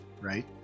right